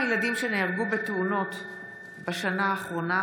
מהילדים שנהרגו בתאונות בשנה האחרונה,